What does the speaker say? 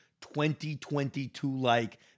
2022-like